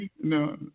no